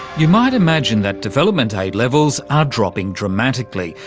you might imagine that development aid levels are dropping dramatically,